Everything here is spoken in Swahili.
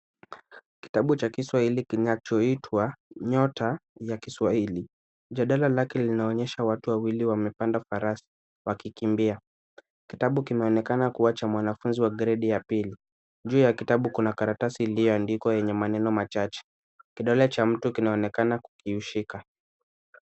Kitabu cha Kiswahili kinachoitwa Nyota ya Kiswahili. Jadala lake linaonyesha watu wawili wamepanda farasi wakikimbia. Kitabu kimeonekana kuwa cha mwanafunzi wa Gredi ya pili. Juu ya kitabu kuna karatasi iliyoandikwa yenye maneno machache. Kidole cha mtu kinaonekana kikiushika.